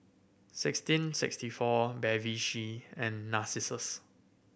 sixteen sixty four Bevy C and Narcissus